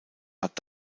hat